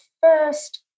first